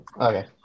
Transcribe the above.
Okay